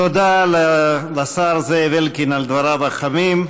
תודה לשר זאב אלקין על דבריו החמים.